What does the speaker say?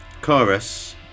Chorus